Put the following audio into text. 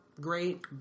great